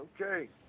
Okay